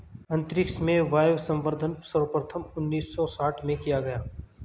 अंतरिक्ष में वायवसंवर्धन सर्वप्रथम उन्नीस सौ साठ में किया गया